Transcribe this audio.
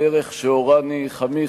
בדרך שהורני חמי,